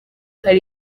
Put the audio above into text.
hari